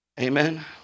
Amen